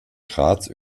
graz